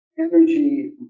energy